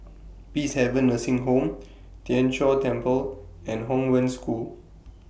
Peacehaven Nursing Home Tien Chor Temple and Hong Wen School